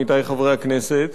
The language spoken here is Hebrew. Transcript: עמיתי חברי הכנסת,